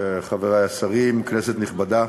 חברי השרים, כנסת נכבדה,